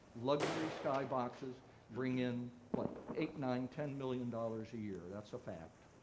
luxury skyboxes bring in, what, eight, nine, ten million dollars a year? that's a fact.